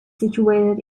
situated